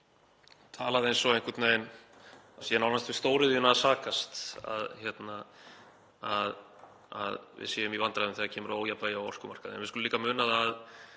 talað eins og einhvern veginn sé nánast við stóriðjuna að sakast að við séum í vandræðum þegar kemur að ójafnvægi á orkumarkaði. En við skulum líka muna að